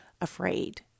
afraid